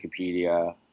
Wikipedia